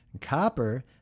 Copper